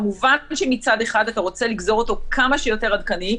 כמובן שמצד אחד אתה רוצה לגזור אותו כמה שיותר עדכני,